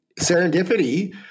serendipity